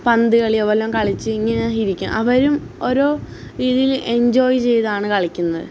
പന്തുകളിയൊ വല്ലതും കളിച്ച് ഇങ്ങനെ ഇരിക്കും അവരും ഓരോ രീതിയിൽ എഞ്ചോയ് ചെയ്താണ് കളിക്കുന്നത്